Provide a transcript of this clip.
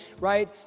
right